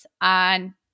on